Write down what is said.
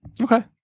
Okay